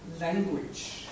language